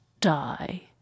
die